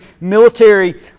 military